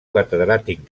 catedràtic